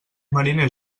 mariner